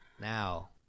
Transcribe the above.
Now